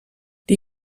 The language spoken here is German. die